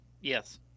Yes